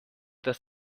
das